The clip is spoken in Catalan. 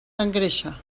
engreixa